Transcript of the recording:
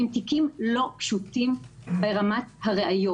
הם תיקים לא פשוטים ברמת הראיות,